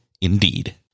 Indeed